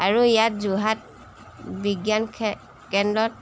আৰু ইয়াত যোৰহাট বিজ্ঞান খে কেন্দ্ৰত